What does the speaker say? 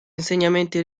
insegnamenti